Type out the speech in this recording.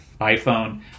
iPhone